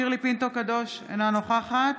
שירלי פינטו קדוש, אינה נוכחת